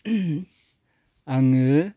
आङो